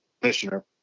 commissioner